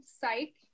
Psych